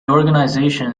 organisation